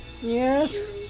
Yes